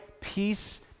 peace